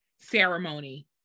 Ceremony